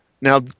Now